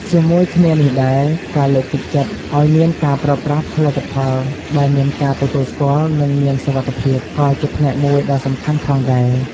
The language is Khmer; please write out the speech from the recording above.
ជាមួយគ្នានេះដែរ ការលើកទឹកចិត្តឱ្យមានការប្រើប្រាស់ផលិតផលដែលមានការទទួលស្គាល់ និងមានសុវត្ថិភាព ក៏ជាផ្នែកមួយដ៏សំខាន់ផងដែរ។